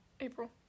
April